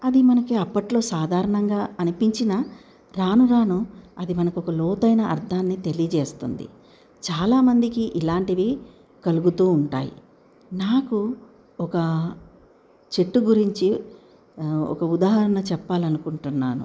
అది మనకు అప్పట్లో సాధారణంగా అనిపించిన రాను రాను అది మనకు ఒక లోతైన అర్థాన్ని తెలియజేస్తుంది చాలామందికి ఇలాంటివి కలుగుతు ఉంటాయి నాకు ఒక చెట్టు గురించి ఒక ఉదాహరణ చెప్పాలి అనుకుంటున్నాను